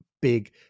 big